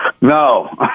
No